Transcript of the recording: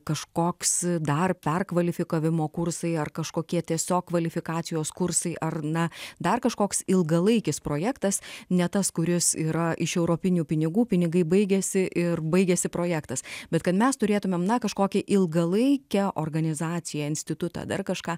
kažkoks dar perkvalifikavimo kursai ar kažkokie tiesiog kvalifikacijos kursai ar na dar kažkoks ilgalaikis projektas ne tas kuris yra iš europinių pinigų pinigai baigiasi ir baigiasi projektas bet kad mes turėtumėm na kažkokią ilgalaikę organizaciją institutą dar kažką